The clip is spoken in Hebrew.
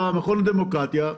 המכון לדמוקרטיה,